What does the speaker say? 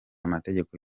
amategeko